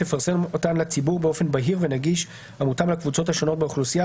תפרסם אותן לציבור באופן בהיר ונגיש המותאם לקבוצות השונות באוכלוסייה,